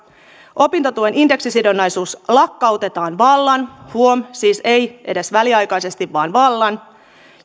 opintotuen indeksisidonnaisuus lakkautetaan vallan huom siis ei edes väliaikaisesti vaan vallan